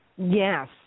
Yes